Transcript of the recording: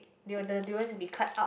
there were the durians to be cut out